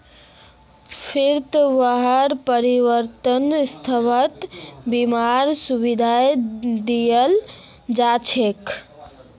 फ्रीत वहार परिवारकों स्वास्थ बीमार सुविधा दियाल जाछेक